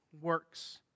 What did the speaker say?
works